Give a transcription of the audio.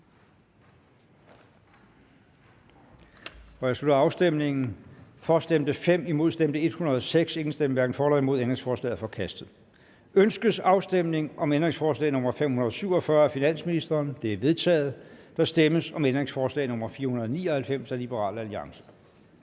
Jeg slutter afstemningen. For stemte 5 (LA), imod stemte 106 (V, S, DF, RV, SF, EL og KF), hverken for eller imod stemte 0. Ændringsforslaget er forkastet. Ønskes afstemning om ændringsforslag nr. 547 af finansministeren? Det er vedtaget. Der stemmes om ændringsforslag nr. 499 af Liberal Alliance.